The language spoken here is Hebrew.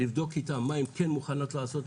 לבדוק איתם מה הם כן מוכנות לעשות,